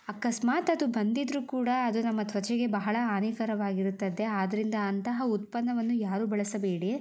ಅಕಸ್ಮಾತ್ ಅದು ಬಂದಿದ್ದರೂ ಕೂಡ ಅದು ನಮ್ಮ ತ್ವಚೆಗೆ ಬಹಳ ಹಾನಿಕರವಾಗಿರುತ್ತದೆ ಆದ್ದರಿಂದ ಅಂತಹ ಉತ್ಪನ್ನವನ್ನು ಯಾರೂ ಬಳಸಬೇಡಿ